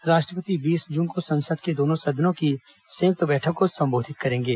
राष्ट्रपति बीस जून को संसद के दोनों सदनों की संयुक्त बैठक को संबोधित करेंगे